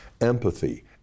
empathy